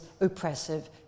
oppressive